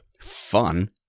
Fun